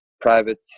private